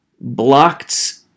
blocked